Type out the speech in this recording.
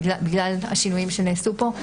בגלל השינויים שנעשו פה,